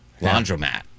Laundromat